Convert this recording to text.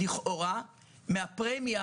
לכאורה, מהפרמיה